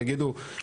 יגידו,